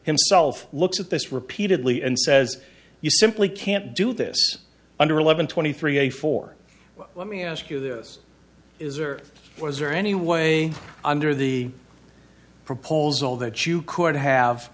himself looks at this repeatedly and says you simply can't do this under eleven twenty three a four let me ask you this is or was there any way under the proposal that you could have